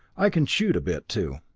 i can shoot a bit, too.